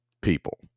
people